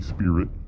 Spirit